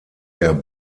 der